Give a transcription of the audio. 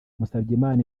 musabyimana